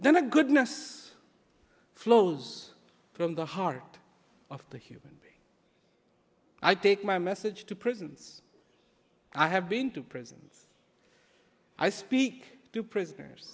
then the goodness flows from the heart of the human i take my message to prisons i have been to prisons i speak to prisoners